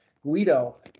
Guido